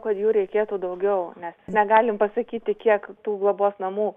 kad jų reikėtų daugiau mes negalim pasakyti kiek tų globos namų